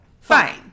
fine